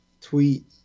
tweet